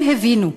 הם הבינו.